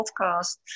podcast